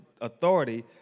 authority